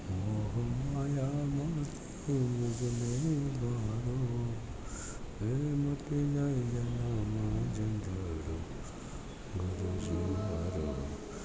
મોહ માયા માંથી મુજને ઉગારો એ મોતીના જનમ ઝૂઝારો ગરુજી મારો